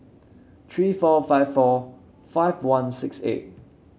three four five four five one six eight